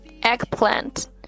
Eggplant